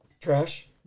trash